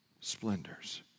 splendors